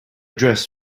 dress